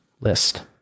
list